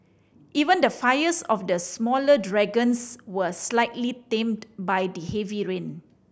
even the fires of the smaller dragons were slightly tamed by the heavy rain